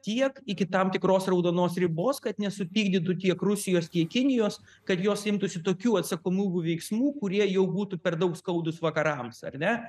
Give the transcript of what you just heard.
tiek iki tam tikros raudonos ribos kad nesupykdytų tiek rusijos tiek kinijos kad jos imtųsi tokių atsakomųjų veiksmų kurie jau būtų per daug skaudūs vakarams ar ne